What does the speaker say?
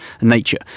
nature